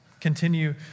Continue